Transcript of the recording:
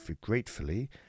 gratefully